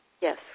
Yes